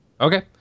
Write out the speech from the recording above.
Okay